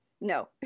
no